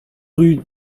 rue